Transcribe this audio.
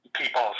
people